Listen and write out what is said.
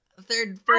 third